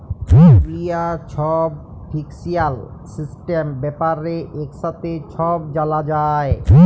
দুলিয়ার ছব financial system ব্যাপারে একসাথে ছব জালা যায়